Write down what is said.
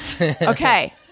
Okay